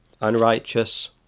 unrighteous